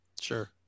Sure